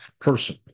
person